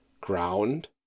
ground